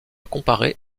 comparé